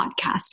podcast